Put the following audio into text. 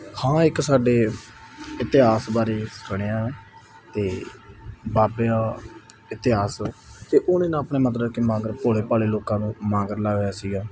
ਹਾਂ ਇੱਕ ਸਾਡੇ ਇਤਿਹਾਸ ਬਾਰੇ ਸੁਣਿਆ ਅਤੇ ਬਾਬਿਓ ਇਤਿਹਾਸ ਅਤੇ ਉਹਨੇ ਨਾ ਆਪਣੇ ਮਤਲਬ ਕਿ ਮਗਰ ਭੋਲੇ ਭਾਲੇ ਲੋਕਾਂ ਨੂੰ ਮਾਗਰ ਲਾਇਆ ਹੋਇਆ ਸੀਗਾ